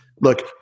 look